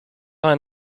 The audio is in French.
vingt